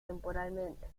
temporalmente